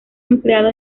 empleado